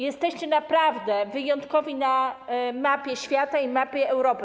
Jesteście naprawdę wyjątkowi na mapie świata i mapie Europy.